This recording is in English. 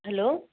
hello